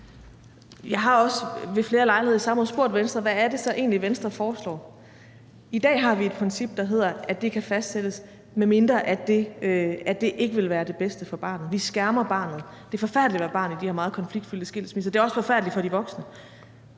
Jeg har også ved flere lejligheder i samråd spurgt Venstre, hvad det så egentlig er, Venstre foreslår. I dag har vi et princip, der hedder, at det kan fastsættes, medmindre det ikke vil være det bedste for barnet. Vi skærmer barnet. Det er forfærdeligt at være barn i de her meget konfliktfyldte skilsmisser. Det er også forfærdeligt for de voksne,